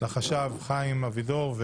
לחשב חיים אבידור,